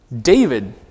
David